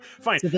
Fine